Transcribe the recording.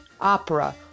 opera